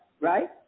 right